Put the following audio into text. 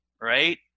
right